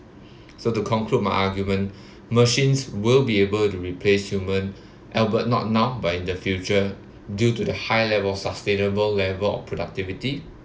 so to conclude my argument machines will be able to replace human albeit not now but in the future due to the high level sustainable level of productivity